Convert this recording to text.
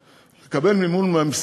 מודיעין, חקירות, בילוש וכו'.